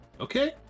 Okay